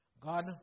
God